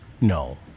No